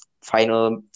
final